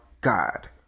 God